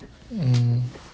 mm